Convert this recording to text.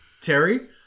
Terry